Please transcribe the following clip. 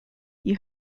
you